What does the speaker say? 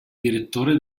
direttore